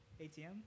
ATM